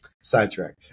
sidetrack